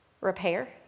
repair